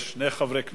יש שני חברי כנסת,